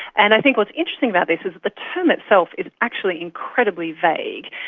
and i think what's interesting about this is that the term itself is actually incredibly vague.